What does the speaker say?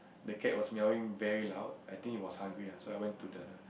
the cat was meowing very loud I think it was hungry lah so I went to the